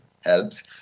helps